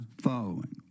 following